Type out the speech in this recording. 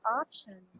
option